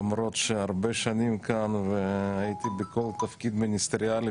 למרות שאני הרבה שנים כאן והייתי בכל תפקיד מיניסטריאלי,